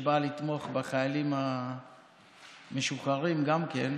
שבא לתמוך בחיילים המשוחררים גם כן.